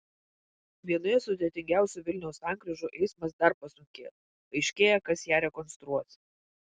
vienoje sudėtingiausių vilniaus sankryžų eismas dar pasunkės aiškėja kas ją rekonstruos